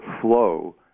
flow